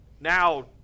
now